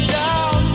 down